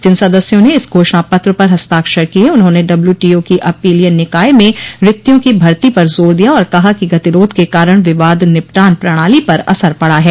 जिन सदस्यों ने इस घोषणा पत्र पर हस्ताक्षर किए उन्होंने डब्ल्यूटीओ की अपीलीय निकाय ने रिक्तियों की भर्ती पर जोर दिया और कहा कि गतिरोध के कारण विवाद निपटान प्रणाली पर असर पड़ा है